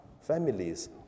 families